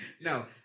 No